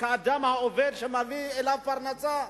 כאדם העובד שמביא פרנסה.